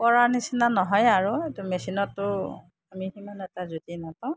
কৰাৰ নিচিনা নহয় আৰু এইটো মেচিনতো আমি সিমান এটা জুতি নাপাওঁ